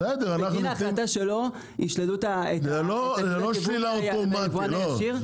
בגין ההחלטה שלו ישללו את הרישיון מהיבואן הישיר?